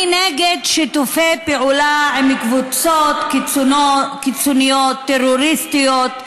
אני נגד שיתופי פעולה עם קבוצות קיצוניות טרוריסטיות,